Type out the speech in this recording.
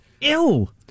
ill